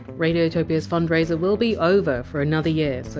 radiotopia! s fundraiser will be over for another year,